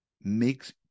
makes